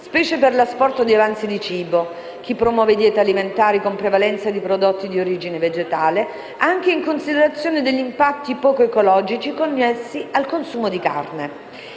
specie per l'asporto di avanzi di cibo, chi promuove diete alimentari con prevalenza di prodotti di origine vegetale, anche in considerazione degli impatti poco ecologici connessi al consumo di carne.